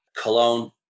Cologne